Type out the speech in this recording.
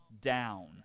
down